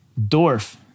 dwarf